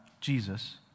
Jesus